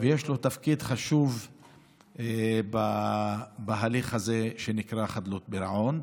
ויש לו תפקיד חשוב בהליך הזה שנקרא "חדלות פירעון".